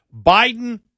Biden